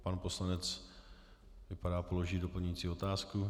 Pan poslanec vypadá, že položí doplňující otázku.